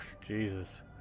Jesus